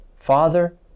Father